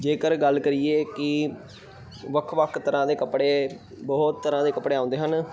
ਜੇਕਰ ਗੱਲ ਕਰੀਏ ਕਿ ਵੱਖ ਵੱਖ ਤਰ੍ਹਾਂ ਦੇ ਕੱਪੜੇ ਬਹੁਤ ਤਰ੍ਹਾਂ ਦੇ ਕੱਪੜੇ ਆਉਂਦੇ ਹਨ